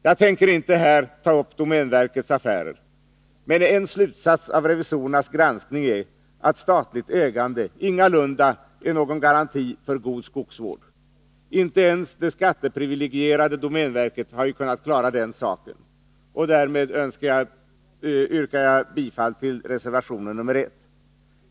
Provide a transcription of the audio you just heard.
Jag skall inte här ta upp domänverkets affärer, men en slutsats av revisorernas granskning är att statligt ägande ingalunda är någon garanti för god skogsvård. Inte ens det skatteprivilegierade domänverket har ju kunnat klara den saken. Därmed yrkar jag bifall till reservation nr 1.